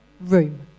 room